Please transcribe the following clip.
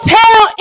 tell